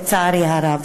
לצערי הרב.